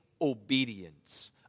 obedience